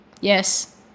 yes